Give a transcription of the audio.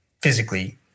physically